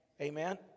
Amen